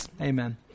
Amen